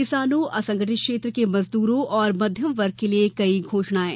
किसानों असंगठित क्षेत्र के मजदूरों और मध्यम वर्ग के लिये कई घोषणाएं